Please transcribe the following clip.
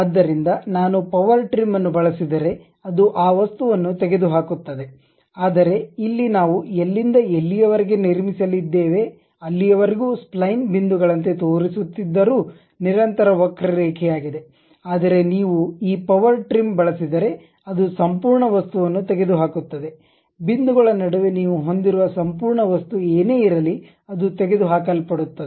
ಆದ್ದರಿಂದ ನಾನು power trim ಅನ್ನು ಬಳಸಿದರೆ ಅದು ಆ ವಸ್ತುವನ್ನು ತೆಗೆದುಹಾಕುತ್ತದೆ ಆದರೆ ಇಲ್ಲಿ ನಾವು ಎಲ್ಲಿಂದ ಎಲ್ಲಿಯ ವರೆಗೆ ನಿರ್ಮಿಸಲಿದ್ದೇವೆ ಅಲ್ಲಿಯವರೆಗೂ ಸ್ಪ್ಲೈನ್ ಬಿಂದುಗಳಂತೆ ತೋರಿಸುತ್ತಿದ್ದರೂ ನಿರಂತರ ವಕ್ರರೇಖೆಯಾಗಿದೆ ಆದರೆ ನೀವು ಈ ಪವರ್ ಟ್ರಿಮ್ ಬಳಸಿದರೆ ಅದು ಸಂಪೂರ್ಣ ವಸ್ತುವನ್ನು ತೆಗೆದುಹಾಕುತ್ತದೆ ಬಿಂದುಗಳ ನಡುವೆ ನೀವು ಹೊಂದಿರುವ ಸಂಪೂರ್ಣ ವಸ್ತು ಏನೇ ಇರಲಿ ಅದು ತೆಗೆದು ಹಾಕಲ್ಪಡುತ್ತದೆ